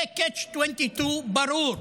זה Catch-22 ברור.